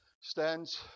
stands